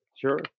Sure